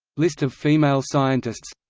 list of female scientists